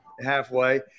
halfway